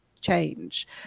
change